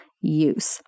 use